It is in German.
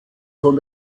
von